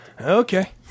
okay